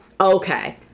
okay